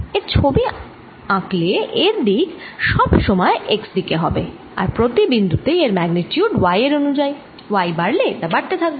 এর ছবি আঁকলে এর দিক সব সময় x দিকে হবে আর প্রতি বিন্দু তেই এর ম্যাগনিটিউড y এর অনুযায়ী y বাড়লে তা বাড়বে